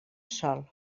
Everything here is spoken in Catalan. sol